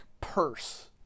purse